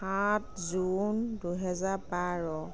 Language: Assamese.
আঠ জুন দুহেজাৰ বাৰ